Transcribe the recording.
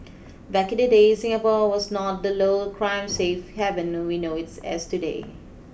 back in the day Singapore was not the low crime safe heaven we know it as today